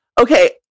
okay